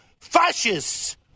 fascists